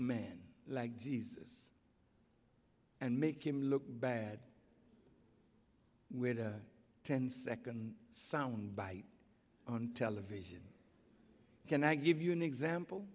man like jesus and make him look bad where the ten second sound bite on television can i give you an example